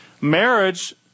marriage